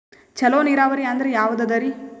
ಚಲೋ ನೀರಾವರಿ ಅಂದ್ರ ಯಾವದದರಿ?